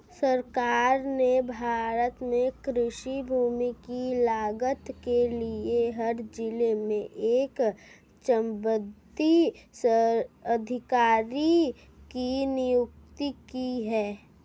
सरकार ने भारत में कृषि भूमि की लागत के लिए हर जिले में एक चकबंदी अधिकारी की नियुक्ति की है